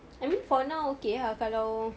I mean for now okay ah kalau